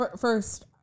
first